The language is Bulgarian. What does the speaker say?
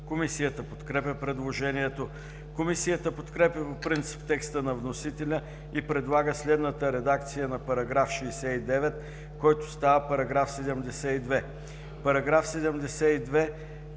Комисията подкрепя предложението. Комисията подкрепя по принцип текста на вносителя и предлага следната редакция на § 71, който става § 74: „§ 74.